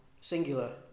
singular